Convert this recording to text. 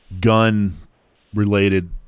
gun-related